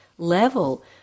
Level